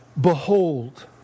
behold